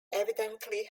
evidently